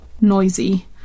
noisy